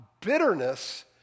bitterness